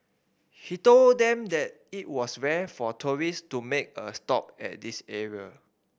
he told them that it was rare for tourist to make a stop at this area